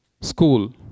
school